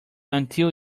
until